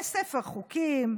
יש ספר חוקים,